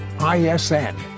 ISN